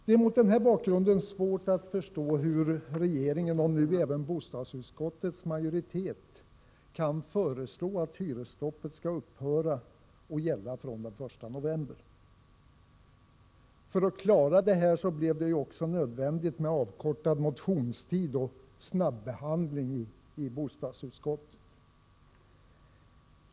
Det är mot denna bakgrund svårt att förstå hur regeringen, och nu även bostadsutskottets majoritet, kan föreslå att hyresstoppet skall upphöra att gälla från den 1 november. För att klara detta blev det också nödvändigt med avkortad motionstid och snabbehandling i bostadsutskottet.